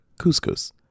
couscous